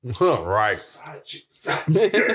Right